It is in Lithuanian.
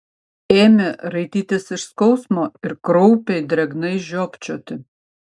ėmė raitytis iš skausmo ir kraupiai drėgnai žiopčioti